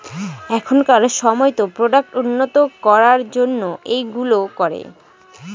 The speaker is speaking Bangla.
এখনকার সময়তো প্রোডাক্ট উন্নত করার জন্য এইগুলো করে